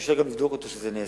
שאפשר גם לבדוק שזה נעשה.